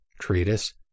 treatise